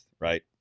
Right